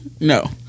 No